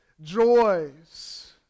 joys